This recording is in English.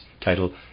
title